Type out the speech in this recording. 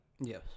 Yes